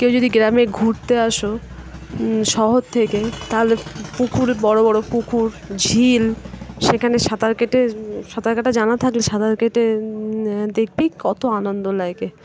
কেউ যদি গ্রামে ঘুরতে আসো শহর থেকে তাহলে পুকুর বড়ো বড়ো পুকুর ঝিল সেখানে সাঁতার কেটে সাঁতার কাটা জানা থাকলে সাঁতার কেটে দেখবে কত আনন্দ লাগে